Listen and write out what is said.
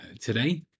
today